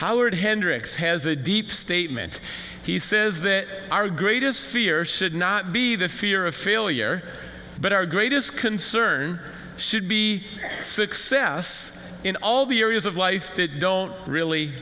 howard hendricks has a deep statement he says that our greatest fear should not be the fear of failure but our greatest concern should be success in all the areas of life that don't really